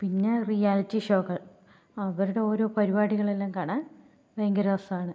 പിന്നെ റിയാലിറ്റി ഷോകൾ അവരുടെ ഓരോ പരിപാടികളെല്ലാം കാണാൻ ഭയങ്കര രസമാണ്